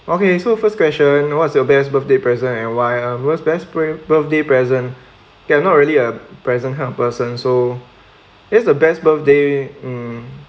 okay so first question what's your best birthday present and why it was best birth birthday present okay not really a present kind of person so it's the best birthday mm